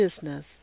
business